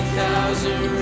thousand